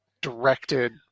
directed